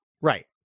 right